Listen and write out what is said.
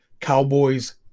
cowboys